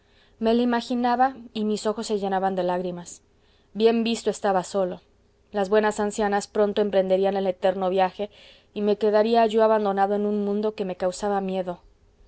me la imaginaba y mis ojos se llenaban de lágrimas bien visto estaba solo las buenas ancianas pronto emprenderían el eterno viaje y me quedaría yo abandonado en un mundo que me causaba miedo